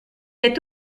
est